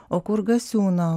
o kur gasiūno